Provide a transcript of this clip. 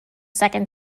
second